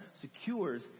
secures